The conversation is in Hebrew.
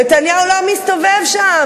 נתניהו לא מסתובב שם,